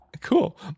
Cool